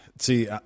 See